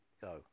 go